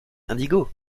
indigo